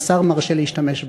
השר מרשה להשתמש בה,